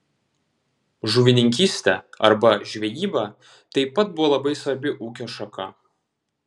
žuvininkystė arba žvejyba taip pat buvo labai svarbi ūkio šaka